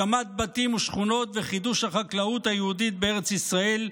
הקמת בתים ושכונות וחידוש החקלאות היהודית בארץ ישראל,